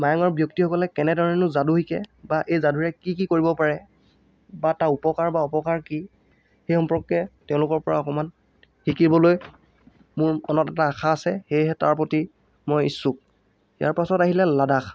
মায়ঙৰ ব্যক্তিসকলে কেনে ধৰণেনো যাদু শিকে বা এই যাদুৰে কি কি কৰিব পাৰে বা তাৰ উপকাৰ বা অপকাৰ কি সেই সম্পৰ্কে তেওঁলোকৰ পৰা অকণমান শিকিবলৈ মোৰ মনত এটা আশা আছে সেয়েহে তাৰ প্ৰতি মই ইচ্ছুক ইয়াৰ পাছত আহিলে লাডাখ